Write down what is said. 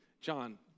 John